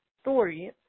story